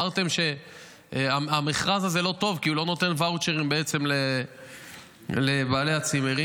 אז אמרתם שהמכרז הזה לא טוב כי הוא לא נותן ואוצ'רים לבעלי הצימרים.